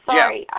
Sorry